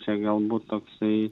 čia galbūt toksai